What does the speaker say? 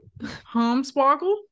Homswoggle